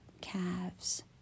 calves